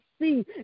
See